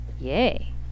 Yay